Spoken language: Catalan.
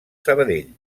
sabadell